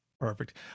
Perfect